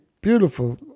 beautiful